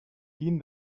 quin